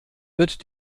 wird